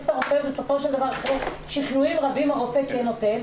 את הרופא בסופו של דבר אחרי שכנועים רבים כן לשלוח אותך לבדיקה.